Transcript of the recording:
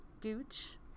Gooch